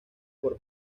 por